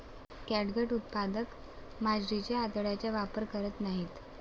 catgut उत्पादक मांजरीच्या आतड्यांचा वापर करत नाहीत